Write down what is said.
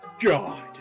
God